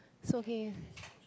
it's okay